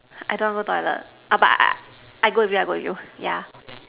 I don't want to go toilet but I I go with you I go with you yeah